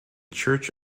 church